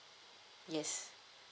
yes